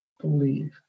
believe